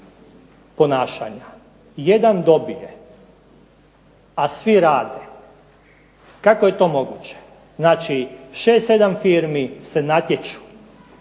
ponašanja. Jedan dobije, a svi rade. Kako je to moguće? Znači, 6, 7 firmi se natječu